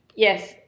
Yes